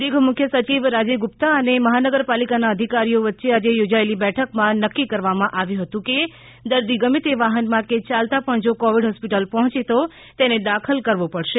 અધિક મુખ્ય સયિવ રાજીવ ગુપ્તા અને મહાનગરપાલિકાના અધિકારી ઓ વચ્ચે આજે યોજાયેલી બેઠકમાં નક્કી કરવામાં આવ્યું હતું કે દર્દી ગમે તે વાહનમાં કે ચાલતા પણ જો કોવિડ હોસ્પિટલ પહોંચે તો તેને દાખલ કરવો પડશે